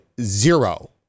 zero